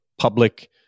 public